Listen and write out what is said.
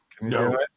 No